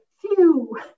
phew